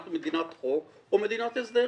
אנחנו מדינת חוק או מדינת הסדר,